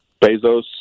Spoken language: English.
Bezos